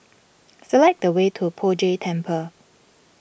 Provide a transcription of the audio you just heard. select the way to Poh Jay Temple